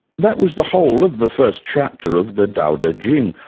that was the whole of the first chapter of the dao de jing,